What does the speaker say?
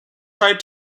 tried